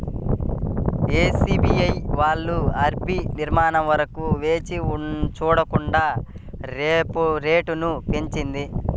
SBI వాళ్ళు RBI నిర్ణయం వరకు వేచి చూడకుండా రెపో రేటును పెంచింది